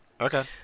Okay